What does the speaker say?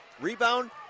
Rebound